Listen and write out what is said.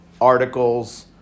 articles